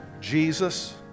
Jesus